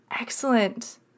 Excellent